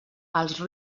els